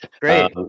Great